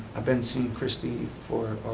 i've been seeing christy for